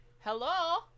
hello